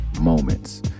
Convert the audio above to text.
moments